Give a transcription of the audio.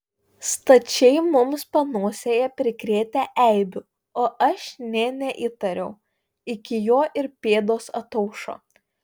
stačiai mums panosėje prikrėtę eibių o aš nė neįtariau iki jo ir pėdos ataušo